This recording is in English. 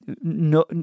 no